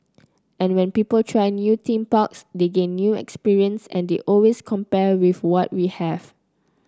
and when people try new theme parks they gain new experience and they always compare with what we have